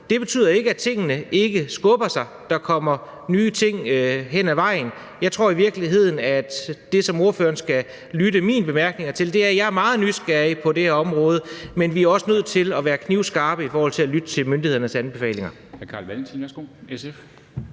Det betyder ikke, at tingene ikke skubber sig. Der kommer nye ting hen ad vejen. Jeg tror i virkeligheden, at det, som ordføreren skal lytte til i mine bemærkninger, er, at jeg er meget nysgerrig på det område, men vi er også nødt til at være knivskarpe i forhold til at lytte til myndighedernes anbefalinger.